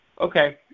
okay